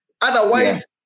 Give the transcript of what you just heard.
Otherwise